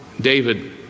David